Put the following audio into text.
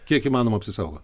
kiek įmanoma apsisaugot